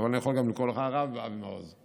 אבל אני יכול לגם לקרוא לך הרב אבי מעוז.